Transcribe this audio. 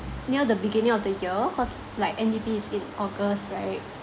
near the beginning of the year cause like N_D_P is in august right